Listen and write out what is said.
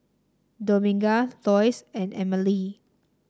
Dominga Lois and Emelie